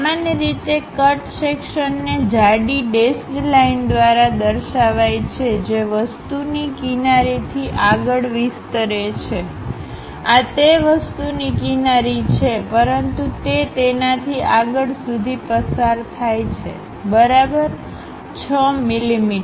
સામાન્ય રીતે કટ સેક્શનને જાડી ડેશ્ડલાઇન દ્વારા દર્શાવાય છે જે વસ્તુની કીનારીથી આગળ વિસ્તરે છેઆ તે વસ્તુની કીનારી છે પરંતુ તે તેનાથી આગળ સુધી પસાર થાય છે બરાબર 6 મીમી